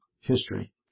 history